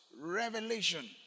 revelation